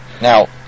Now